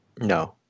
no